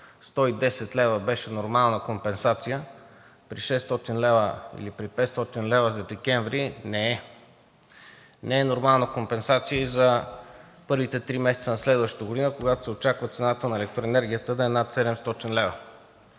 110 лв. беше нормална компенсация, при 600 лв. или при 500 лв. за декември не е. Не е нормална компенсация и за първите три месеца на следващата година, когато се очаква цената на електроенергията да е над 700 лв.